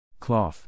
.cloth